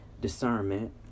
discernment